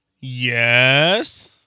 Yes